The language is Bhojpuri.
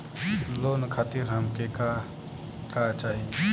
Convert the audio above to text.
लोन खातीर हमके का का चाही?